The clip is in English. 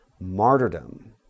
martyrdom